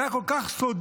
זה היה כל כך סודי,